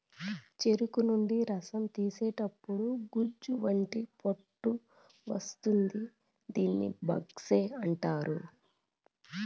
చెరుకు నుండి రసం తీసేతప్పుడు గుజ్జు వంటి పొట్టు వస్తుంది దీనిని బగస్సే అంటారు